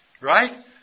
Right